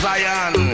Zion